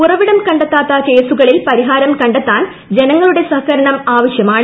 ഉറവിടം കണ്ടെത്താത്ത കേസുകളിൽ ് പ്രിഹാരം കണ്ടെത്താൻ ജനങ്ങളുടെ സഹകരണം ആവശ്യമാണ്